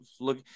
Look